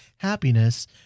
happiness